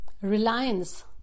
Reliance